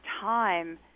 time